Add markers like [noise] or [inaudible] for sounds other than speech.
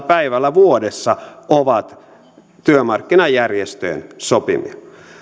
[unintelligible] päivällä vuodessa ovat työmarkkinajärjestöjen sopimia